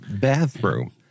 bathroom